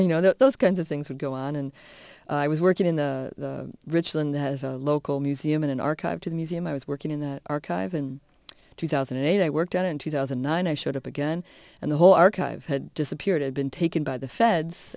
you know those kinds of things would go on and i was working in the rich than that of a local museum in an archive to the museum i was working in that archive in two thousand and eight i worked on it in two thousand and nine i showed up again and the whole archive had disappeared had been taken by the feds